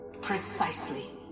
Precisely